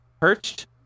perched